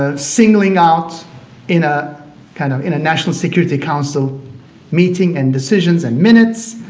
ah singling out in a kind of in a national security council meeting, and decisions, and minutes,